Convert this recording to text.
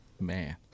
man